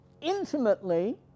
intimately